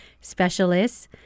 specialists